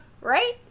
right